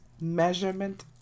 measurement